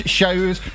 shows